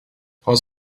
was